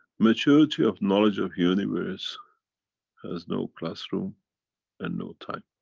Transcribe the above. maturity of knowledge of universe has no classroom and no time.